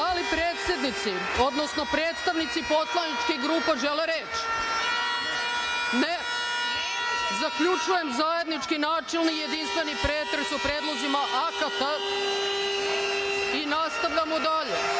li predsednici, odnosno predstavnici poslaničkih grupa žele reč? (Ne.)Zaključujem zajednički načelni i jedinstveni pretres o predlozima akata. Nastavljamo dalje. Prva